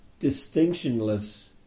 distinctionless